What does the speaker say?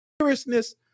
seriousness